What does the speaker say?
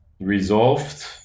resolved